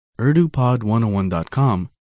urdupod101.com